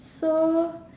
so